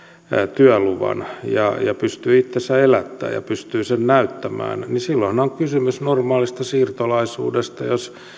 työluvan ja ja pystyy itsensä elättämään ja pystyy sen näyttämään niin silloin on kysymys normaalista siirtolaisuudesta jos